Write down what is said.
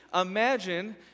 Imagine